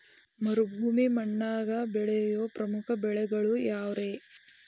ಮರುಭೂಮಿ ಮಣ್ಣಾಗ ಬೆಳೆಯೋ ಪ್ರಮುಖ ಬೆಳೆಗಳು ಯಾವ್ರೇ?